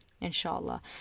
inshallah